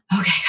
Okay